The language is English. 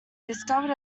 discovered